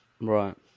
Right